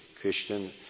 Christian